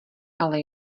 ale